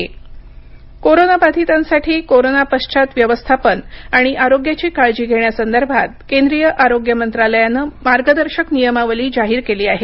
post Covid कोरोनाबाधितांसाठी corona पश्चात व्यवस्थापन आणि आरोग्याची काळजी घेण्यासंदर्भात केंद्रीय आरोग्य मंत्रालयानं मार्गदर्शक नियमावली जाहीर केली आहे